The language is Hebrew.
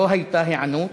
לא הייתה היענות,